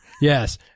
Yes